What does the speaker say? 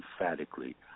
emphatically